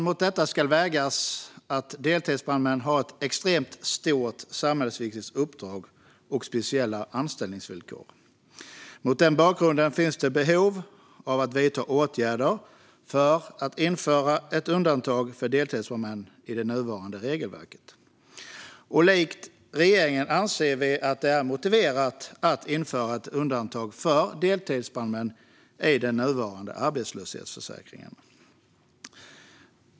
Mot detta ska vägas att deltidsbrandmän har ett extremt stort och samhällsviktigt uppdrag och speciella anställningsvillkor. Mot den bakgrunden finns det behov av att vidta åtgärder för att införa ett undantag för deltidsbrandmän i det nuvarande regelverket. Likt regeringen anser vi att det är motiverat att införa ett undantag för deltidsbrandmän i den nuvarande arbetslöshetsförsäkringen.